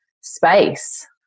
space